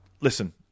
listen